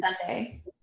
Sunday